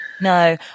no